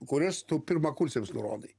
kuriuos tu pirmakursiams nurodai